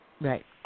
right